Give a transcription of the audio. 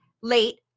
late